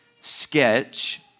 sketch